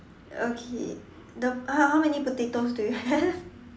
okay the how how many potatoes do you have